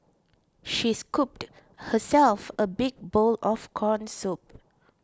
she scooped herself a big bowl of Corn Soup